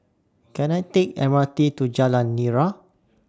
Can I Take The M R T to Jalan Nira